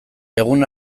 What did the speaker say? egun